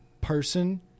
person